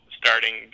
starting